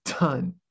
done